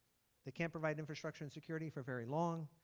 they can't provide infrastructure and security for very long.